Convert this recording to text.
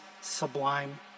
sublime